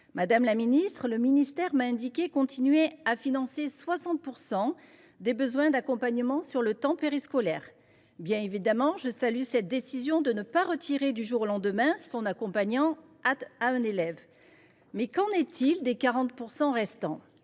existantes. Le ministère m’a indiqué continuer à financer 60 % des besoins d’accompagnement sur le temps périscolaire. Bien évidemment, je salue la décision de ne pas retirer du jour au lendemain son accompagnant à un élève. Mais des 40 % restants ?